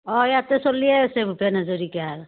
অঁ ইয়াতে চলি আছে ভূপেন হাজৰিকাৰ